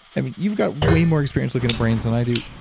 i mean, you've got way more experience looking at brains than i do.